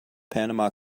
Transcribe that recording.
panama